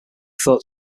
thought